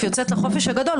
יוצאת לחופש הגדול,